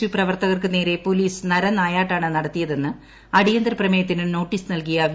U പ്രവർത്തകർക്കു നേരെ police നരനായാട്ടാണ് നടത്തിയതെന്ന് അടിയന്തര പ്രമേയത്തിന് നോട്ടീസ് നൽകിയ വി